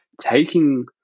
taking